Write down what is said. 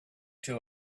two